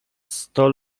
sto